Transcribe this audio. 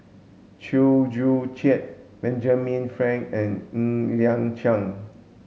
Chew Joo Chiat Benjamin Frank and Ng Liang Chiang